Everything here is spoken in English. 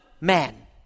man